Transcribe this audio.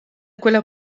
quella